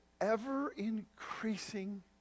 ever-increasing